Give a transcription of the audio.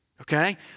Okay